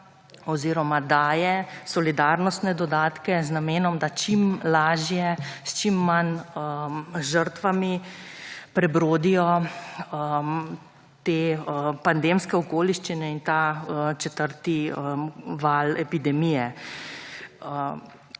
oziroma daje solidarnostne dodatke z namenom, da čim lažje s čim manj žrtvami prebrodijo te pandemske okoliščine in ta četrti val epidemije,